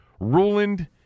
Ruland